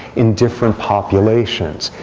in different populations,